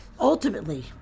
ultimately